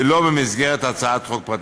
ולא במסגרת הצעת חוק פרטית.